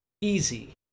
easy